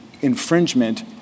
infringement